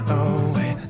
away